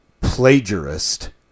plagiarist